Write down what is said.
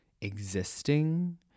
existing